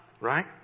right